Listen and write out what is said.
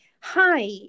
Hi